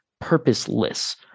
purposeless